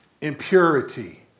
impurity